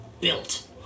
built